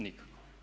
Nikako!